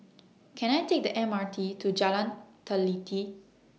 Can I Take The M R T to Jalan Teliti